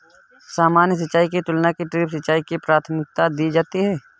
सामान्य सिंचाई की तुलना में ड्रिप सिंचाई को प्राथमिकता दी जाती है